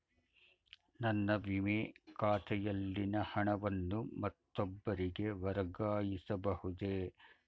ನನ್ನ ವಿಮೆ ಖಾತೆಯಲ್ಲಿನ ಹಣವನ್ನು ಮತ್ತೊಬ್ಬರಿಗೆ ವರ್ಗಾಯಿಸ ಬಹುದೇ?